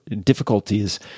difficulties